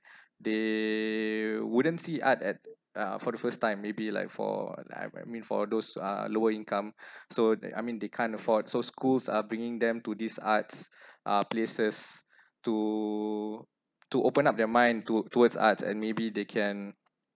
they wouldn't see art at uh for the first time maybe like for I I mean for those who are lower income so that I mean they can't afford so schools are bringing them to this arts uh places to to open up their mind to towards arts and maybe they can